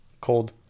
Cold